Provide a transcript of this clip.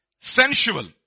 Sensual